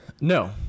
No